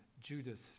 Judas